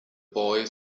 boy